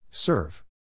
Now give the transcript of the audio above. Serve